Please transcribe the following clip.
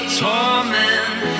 torment